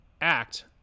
act